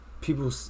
people